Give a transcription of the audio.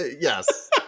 yes